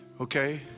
Okay